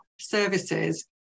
services